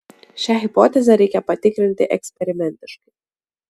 šią hipotezę reikia patikrinti eksperimentiškai